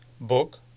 book